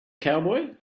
cowboy